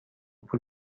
پول